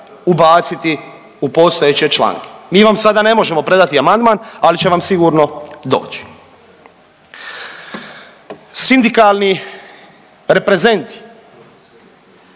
ubaciti u postojeće članke. Mi vam sada ne možemo predati amandman, ali će vam sigurno doći. Sindikalni reprezenti